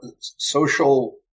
social